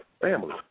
family